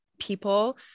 people